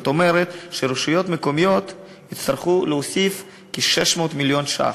זאת אומרת שרשויות מקומיות יצטרכו להוסיף כ-600 מיליון שקלים.